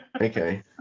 Okay